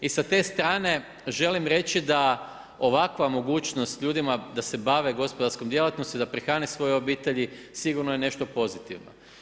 I sa te strane želim reći da ovakva mogućnost ljudima da se bave gospodarskom djelatnosti, da prehrane svoje obitelji sigurno je nešto pozitivno.